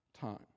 time